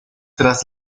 tras